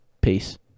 peace